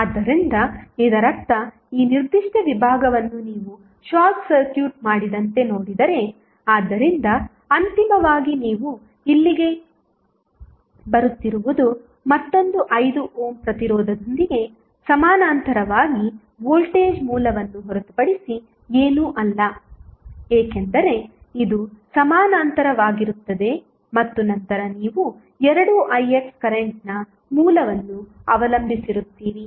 ಆದ್ದರಿಂದ ಇದರರ್ಥ ಈ ನಿರ್ದಿಷ್ಟ ವಿಭಾಗವನ್ನು ನೀವು ಶಾರ್ಟ್ ಸರ್ಕ್ಯೂಟ್ ಮಾಡಿದಂತೆ ನೋಡಿದರೆ ಆದ್ದರಿಂದ ಅಂತಿಮವಾಗಿ ನೀವು ಇಲ್ಲಿಗೆ ಬರುತ್ತಿರುವುದು ಮತ್ತೊಂದು 5 ಓಮ್ ಪ್ರತಿರೋಧದೊಂದಿಗೆ ಸಮಾನಾಂತರವಾಗಿ ವೋಲ್ಟೇಜ್ ಮೂಲವನ್ನು ಹೊರತುಪಡಿಸಿ ಏನೂ ಅಲ್ಲ ಏಕೆಂದರೆ ಇದು ಸಮಾನಾಂತರವಾಗಿರುತ್ತದೆ ಮತ್ತು ನಂತರ ನೀವು2ix ಕರೆಂಟ್ನ ಮೂಲವನ್ನು ಅವಲಂಬಿಸಿರುತ್ತೀರಿ